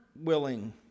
willing